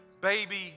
baby